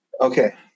Okay